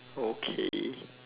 okay